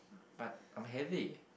but I'm heavy